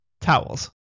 towels